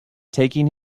taking